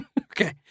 okay